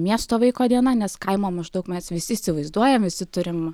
miesto vaiko diena nes kaimo maždaug mes visi įsivaizduojam visi turim